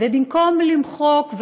ובמקום למחוק,